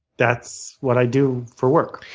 that's what i do for work.